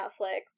Netflix